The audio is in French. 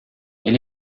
elle